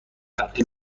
اخیر